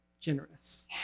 generous